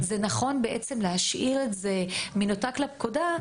נכון בעצם להשאיר את זה מנותק לפקודה,